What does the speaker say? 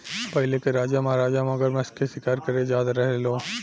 पहिले के राजा महाराजा मगरमच्छ के शिकार करे जात रहे लो